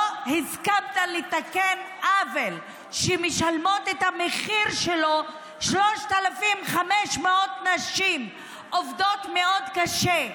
לא הסכמת לתקן עוול שמשלמות את המחיר שלו 3,500 נשים שעובדות מאוד קשה.